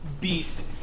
beast